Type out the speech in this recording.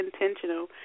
intentional